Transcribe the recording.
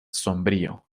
sombrío